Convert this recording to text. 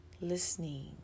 Listening